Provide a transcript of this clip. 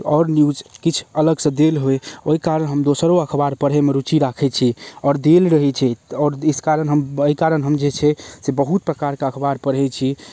आओर न्यूज किछु अलगसँ देल होइ ओइ कारण हम दोसरो अखबार पढ़ैमे रूचि राखै छी आओर देल रहै छै आओर इस कारण अइ कारण हम जे छै से बहुत प्रकारके अखबार पढ़ै छी